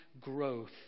growth